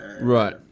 right